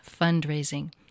Fundraising